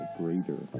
greater